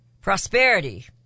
Prosperity